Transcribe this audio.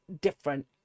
different